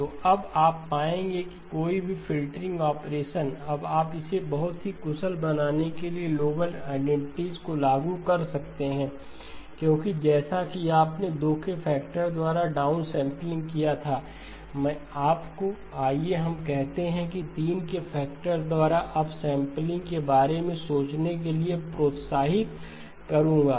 तो अब आप पाएंगे कि कोई भी फ़िल्टरिंग ऑपरेशन अब आप इसे बहुत ही कुशल बनाने के लिए नोबेल आईडेंटिटीज को लागू कर सकते हैं क्योंकि जैसा कि आपने 2 के फैक्टर द्वारा डाउन सैंपलिंग किया था मैं आपको आइए हम कहते हैं 3 के फैक्टर द्वारा अपसैंपलिंग के बारे में सोचने के लिए प्रोत्साहित करूंगा